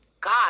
god